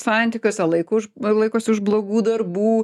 santykiuose laiku laikosi už blogų darbų